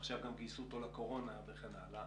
עכשיו גם גייסו אותו לקורונה וכן הלאה,